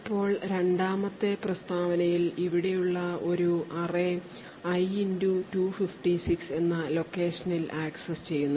ഇപ്പോൾ രണ്ടാമത്തെ പ്രസ്താവനയിൽ ഇവിടെയുള്ള ഒരു array i 256 എന്ന location ൽ ആക്സസ്സുചെയ്യുന്നു